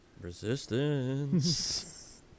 Resistance